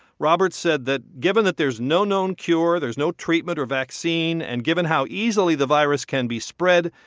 roberts said that given that there's no known cure, there's no treatment or vaccine and given how easily the virus can be spread,